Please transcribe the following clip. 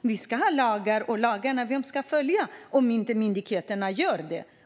Vi ska ha lagar, men vem ska följa dem om inte myndigheterna gör det?